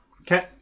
Okay